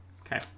Okay